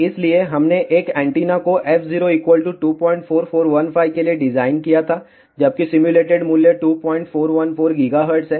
इसलिए हमने इस एंटीना को f0 24415 के लिए डिज़ाइन किया था जबकि सिम्युलेटेड मूल्य 2414 GHz है